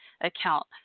account